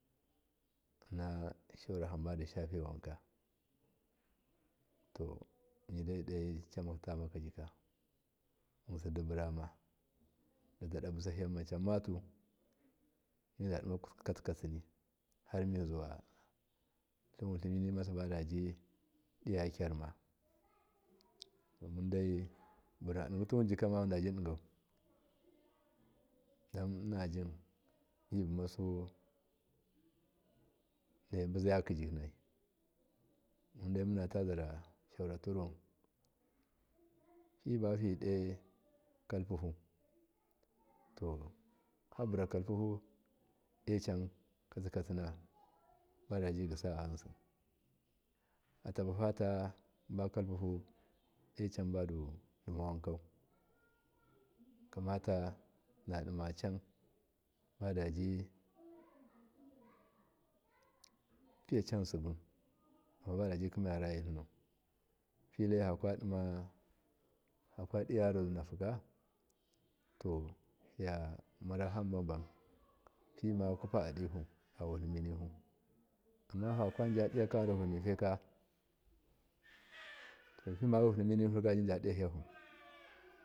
Inna shaura hambadi shafaewanka to midai docamma timakajika yinai diburama didaɗa busahima cam matu mida dimakute katsini harmizuwa tlin wutliminimasiba diji diya kyarma to mundai murin digituwunjika mamundabi digau dan innagin mubumasu dobuzayaki jikinan mundai munataza rasauratiru fibafido kaipuku to fabura kalpuhu de cantsikatsina badabi gasa a yinsi fulafaba lalyuba ecan badu dima wankau, kamata nama canbadaji piya can sibu dimabadakiki marahitlinu fitlaifadiya yarahozihinakerisa to fiyamarahanbabam kwapaadihu awutlim ni anina fakaja diya yarahenifaika to fima wutliminihu gabizadivahihu.